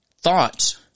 Thoughts